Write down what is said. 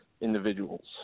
Individuals